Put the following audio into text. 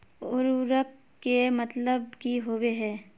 उर्वरक के मतलब की होबे है?